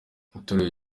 itorero